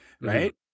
right